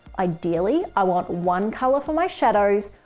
ideally, i want one color for my shadows,